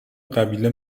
قبیله